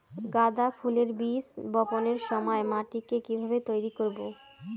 গাদা ফুলের বীজ বপনের সময় মাটিকে কিভাবে তৈরি করব?